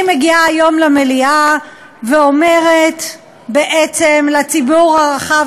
היא מגיעה היום למליאה ואומרת בעצם לציבור הרחב